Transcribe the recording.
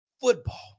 football